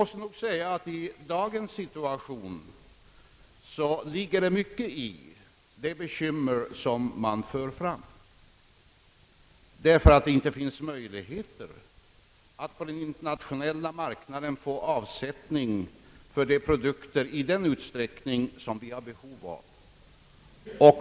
Däremot ligger det i dagens situation mycket i det bekymmer som man för fram därför att det inte finns möjligheter att på den internationella marknaden få avsättning för produkter i den utsträckning som vi har behov av.